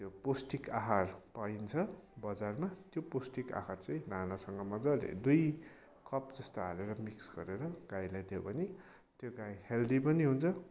त्यो पौष्टिक आहार पाइन्छ बजारमा त्यो पौष्टिक आहार चाहिँ दानासँग मजाले दुई कप जस्तो हालेर मिक्स गरेर गाईलाई दियो भने त्यो गाई हेल्दी पनि हुन्छ